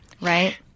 Right